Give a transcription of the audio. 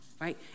right